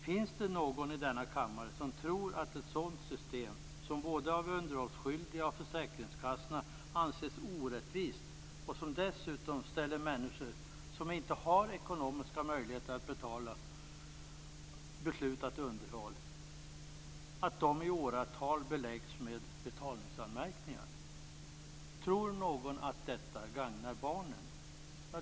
Finns det någon i denna kammare som tror att ett system som både av de underhållsskydliga och av försäkringskassorna anses orättvist, och som dessutom gör att människor som inte har ekonomiska möjligheter att betala beslutat underhåll beläggs med betalningsanmärkningar i åratal, gagnar barnen?